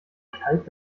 kalt